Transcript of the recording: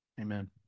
Amen